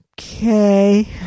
Okay